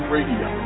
Radio